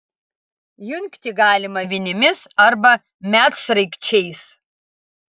jungti galima vinimis arba medsraigčiais